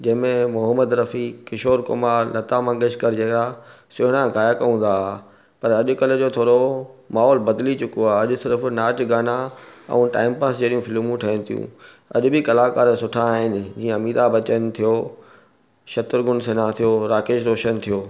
जंहिंमें मोहम्मद रफ़ी किशोर कुमार लता मंगेशकर जहिड़ा सुहिणा गाइक हूंदा हुआ पर अॼुकल्ह जो थोरो माहौल बदली चुको आहे अॼु सिर्फ़ु नाच गाना ऐं टाइम पास जहिड़ियूं फिल्मूं ठहनि थियूं अॼु बि कलाकार सुठा आहिनि जीअं अमिताभ बच्चन थियो शत्रुघन सिन्हा थियो राकेश रोशन थियो